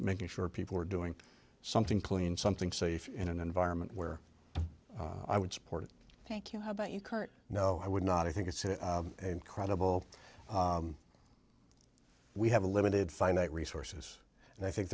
making sure people are doing something clean something safe in an environment where i would support thank you how about you kurt no i would not i think it's an incredible we have a limited finite resources and i think